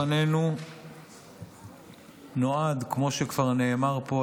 זאת, יש לו כמה שנות שירות למען מדינת ישראל.